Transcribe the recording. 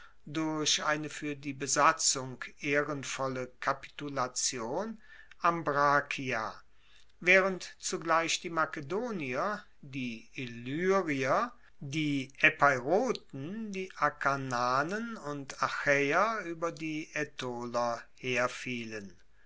durch eine fuer die besatzung ehrenvolle kapitulation ambrakia waehrend zugleich die makedonier die illyrier die epeiroten die akarnanen und achaeer ueber die aetoler